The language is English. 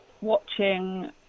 watching